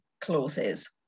clauses